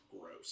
gross